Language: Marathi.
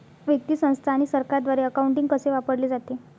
व्यक्ती, संस्था आणि सरकारद्वारे अकाउंटिंग कसे वापरले जाते